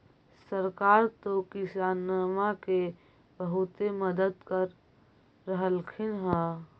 सरकार तो किसानमा के बहुते मदद कर रहल्खिन ह?